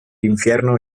infierno